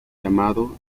llamado